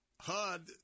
HUD